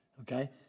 okay